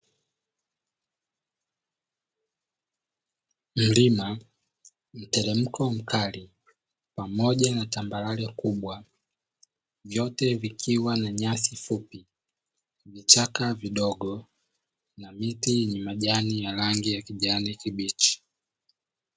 Milima mteremko mkali pamoja na tambarare kubwa vyote vikiwa na nyasi fupi, vichaka vidogo na miti yenye majani ya rangi kijani kibichi.